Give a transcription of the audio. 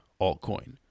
altcoin